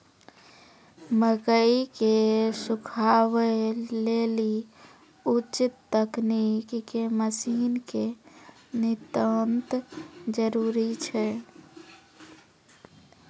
मकई के सुखावे लेली उच्च तकनीक के मसीन के नितांत जरूरी छैय?